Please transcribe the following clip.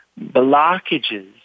Blockages